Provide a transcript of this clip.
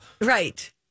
Right